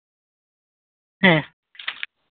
ᱦᱮᱸ